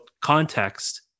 context